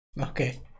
Okay